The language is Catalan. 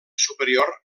superior